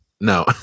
no